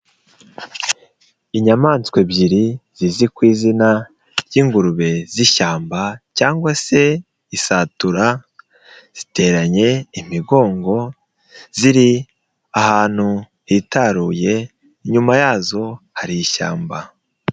Inyamaswa ebyiri zizi ku izina ry'ingurube z'ishyamba cyangwa se isatura, ziteranye imigongo, ziri ahantu hitaruye, inyuma yazo hari ishyamba.